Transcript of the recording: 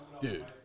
Dude